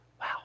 Wow